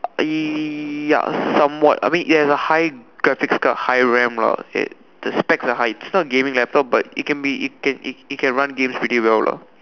ya some what I mean it has high graphic card high ram lah the specs are high is not gaming laptop but it can be it can it can run games pretty well lah